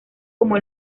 como